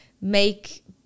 make